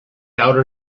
outed